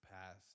past